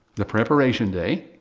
the preparation day.